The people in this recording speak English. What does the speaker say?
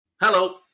Hello